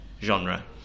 genre